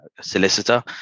solicitor